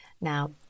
Now